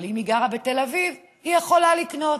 אבל אם היא גרה בתל אביב היא יכולה לקנות?